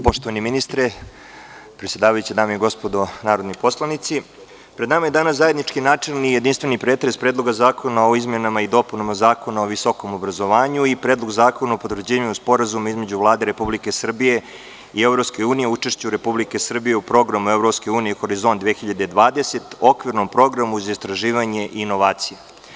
Poštovani ministre, predsedavajući, dame i gospodo narodni poslanici, pred nama je danas zajednički načelni i jedinstveni pretres Predloga zakona o izmenama i dopunama Zakona o visokom obrazovanju i Predlog zakona o potvrđivanju Sporazuma između Vlade Republike Srbije i EU o učešću Republike Srbije u Programu EU „Horizont 2020“, Okvirnom programu za istraživanje i inovacije.